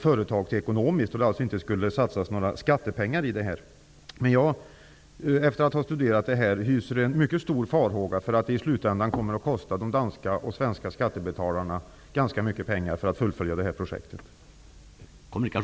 Det skulle alltså inte satsas några skattepengar. Men efter att ha studerat denna fråga hyser jag en mycket stor farhåga för att det i slutändan kommer att kosta de danska och svenska skattebetalarna ganska mycket pengar att fullfölja detta projekt.